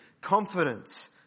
confidence